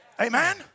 Amen